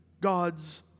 God's